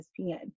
ESPN